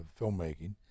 filmmaking